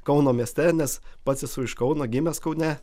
kauno mieste nes pats esu iš kauno gimęs kaune